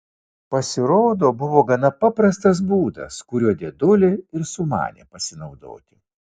pasirodo buvo gana paprastas būdas kuriuo dėdulė ir sumanė pasinaudoti